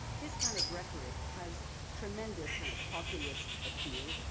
this kind of rhetoric has tremendous, kind of, populist appeal.